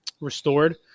restored